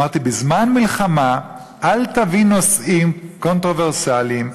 אמרתי: בזמן מלחמה אל תביא נושאים קונטרוברסליים,